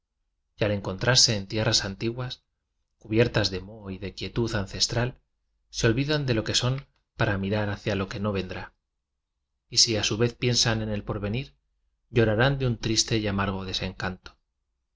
v a encontrarse en tierras antiguas cunertas de moho y de quietud ancentral se jv dan de lo que son para mirar hacia lo que no vendrá y si a su vez piensan en el porvenir llorarán de un triste y amargo desencanto